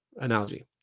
analogy